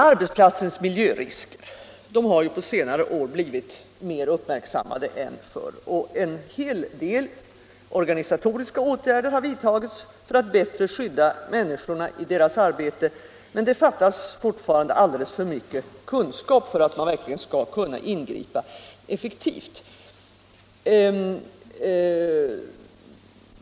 Arbetsplatsens miljörisker har på senare år blivit mer uppmärksammade än förr, och en del organisatoriska åtgärder har vidtagits för att bättre skydda människorna i deras arbete. Men det fattas fortfarande alltför mycket kunskap för att man verkligen skall kunna ingripa effektivt.